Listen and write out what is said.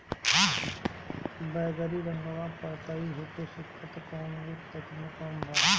बैगरी रंगवा पतयी होके सुखता कौवने तत्व के कमी बा?